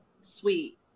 sweet